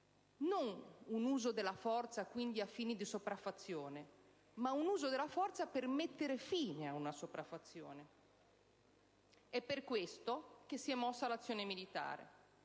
non un uso della forza, quindi, a fini di sopraffazione, ma per mettere fine ad una sopraffazione. È per questo che si è mossa l'azione militare.